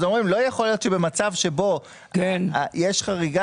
אומרים לא יכול להיות שבמצב שבו יש חריגה